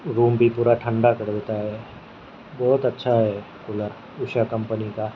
روم بھی پورا ٹھنڈہ کر دیتا ہے بہت اچھا ہے کولر اوشا کمپنی کا